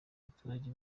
abaturage